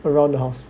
around the house